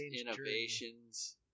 innovations